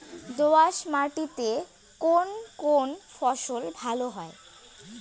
দোঁয়াশ মাটিতে কোন কোন ফসল ভালো হয়?